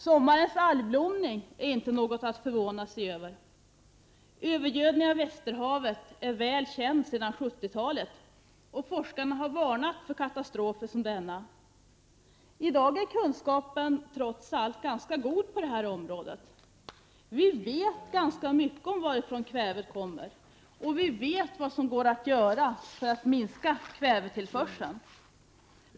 Sommarens algblomning är inte något att förvånas över. Övergödningen av Västerhavet är väl känd sedan 70-talet, och forskarna har varnat för katastrofer som denna. Trots allt är kunskapen i dag ganska god på detta område. Vi vet rätt så mycket om varifrån kvävet kommer, liksom vi vet vad som går att göra för att minska kvävetillförseln.